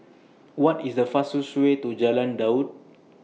What IS The fastest Way to Jalan Daud